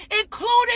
including